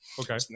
okay